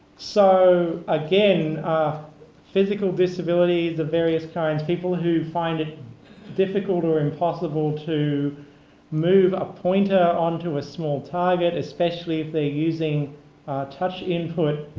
so again, physical disabilities of various kinds, people who find it difficult or impossible to move a pointer onto a small target, especially if they're using touch input,